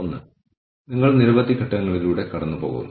എന്താണ് സംഭവിക്കുന്നതെന്ന് നമ്മൾ കണ്ടെത്തുന്നു